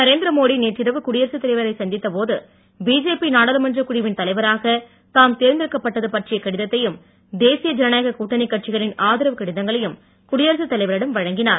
நரேந்திரமோடி நேற்றிரவு குடியரசுத் தலைவரை சந்தித்த போது பிஜேபி நாடாளுமன்றக் குழுவின் தலைவராக தாம் தேர்ந்தெடுக்கப்பட்டது பற்றிய கடிதத்தையும் தேசிய ஜனநாயக கூட்டணிக் கட்சிகளின் தலைவரிடம் வழங்கினார்